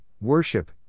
worship